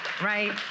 right